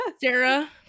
Sarah